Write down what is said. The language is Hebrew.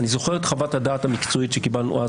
אני זוכר את חוות הדעת המקצועית שקיבלנו אז